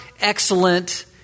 excellent